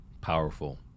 Powerful